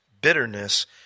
Bitterness